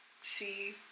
see